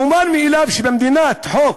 המובן מאליו הוא שבמדינת חוק,